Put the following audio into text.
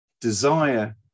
desire